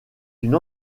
une